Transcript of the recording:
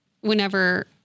whenever